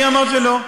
מי אמר שלא?